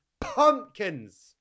pumpkins